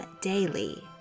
daily